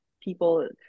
people